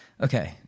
Okay